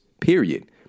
period